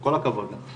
כל הכבוד לך.